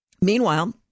Meanwhile